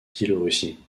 biélorussie